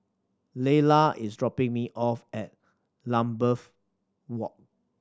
Leyla is dropping me off at Lambeth Walk